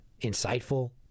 insightful